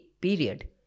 period